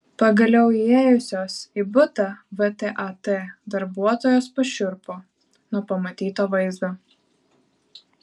pagaliau įėjusios į butą vtat darbuotojos pašiurpo nuo pamatyto vaizdo